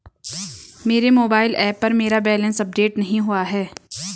मेरे mobile app पर मेरा बैलेंस अपडेट नहीं हुआ है